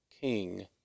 king